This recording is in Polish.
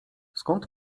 skąd